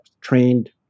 trained